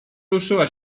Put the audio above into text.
ruszyła